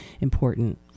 important